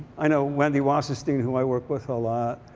i know wendy wasserstein, who i work with a lot,